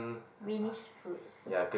greenish fruits